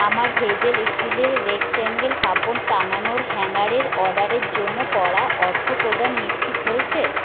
আমার হেজেল স্টিলের রেক্ট্যাঙ্গেল কাপড় টাঙানোর হ্যাঙ্গারের অর্ডারের জন্য করা অর্থপ্রদান নিশ্চিত হয়েছে